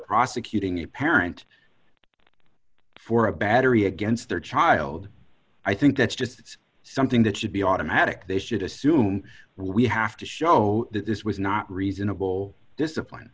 prosecuting a parent for a battery against their child i think that's just something that should be automatic this should assume we have to show that this was not reasonable